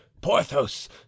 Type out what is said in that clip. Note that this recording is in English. Porthos